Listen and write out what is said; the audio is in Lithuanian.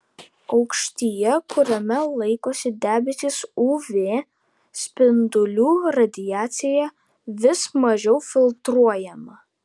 aukštyje kuriame laikosi debesys uv spindulių radiacija vis mažiau filtruojama